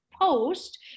post